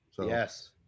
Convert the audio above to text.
Yes